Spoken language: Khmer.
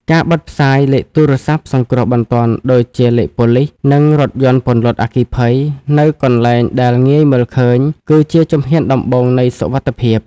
ការបិទផ្សាយ លេខទូរស័ព្ទសង្គ្រោះបន្ទាន់ ដូចជាលេខប៉ូលីស និងរថយន្តពន្លត់អគ្គិភ័យ នៅកន្លែងដែលងាយមើលឃើញ គឺជាជំហានដំបូងនៃសុវត្ថិភាព។